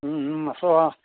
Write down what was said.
আছোঁ অঁ